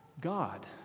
God